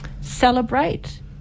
celebrate